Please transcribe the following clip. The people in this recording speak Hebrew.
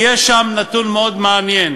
ויש שם נתון מאוד מעניין: